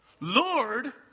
Lord